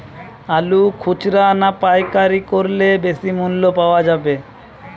আলু খুচরা না পাইকারি করলে বেশি মূল্য পাওয়া যাবে?